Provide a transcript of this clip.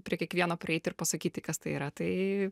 prie kiekvieno prieiti ir pasakyti kas tai yra tai